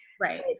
Right